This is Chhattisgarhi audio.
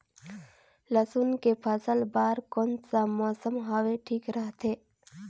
लसुन के फसल बार कोन सा मौसम हवे ठीक रथे?